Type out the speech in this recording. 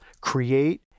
create